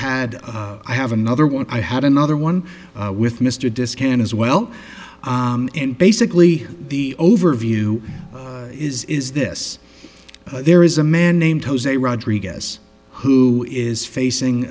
had i have another one i had another one with mr discount as well and basically the overview is is this there is a man named jose rodriguez who is facing